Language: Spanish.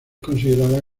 considerada